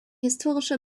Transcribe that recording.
historische